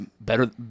better